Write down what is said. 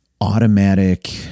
automatic